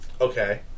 Okay